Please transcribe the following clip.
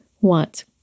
want